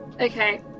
Okay